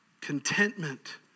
Contentment